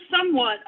somewhat